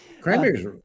Cranberries